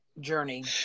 journey